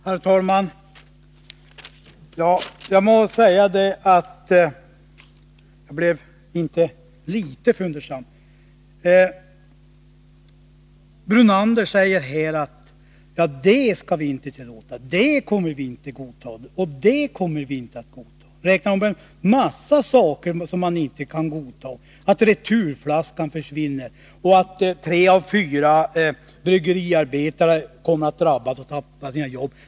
Herr talman! Jag må säga att jag blev inte litet fundersam. Herr Brunander säger att det skall vi inte tillåta och det kommer vi inte att godta. Han räknar upp en massa saker som man inte kan godta — att returflaskan försvinner, att tre av fyra bryggeriarbetare kommer att drabbas och tappa sina jobb.